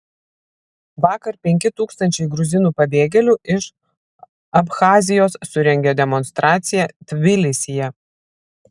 vakar penki tūkstančiai gruzinų pabėgėlių iš abchazijos surengė demonstraciją tbilisyje